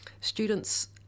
students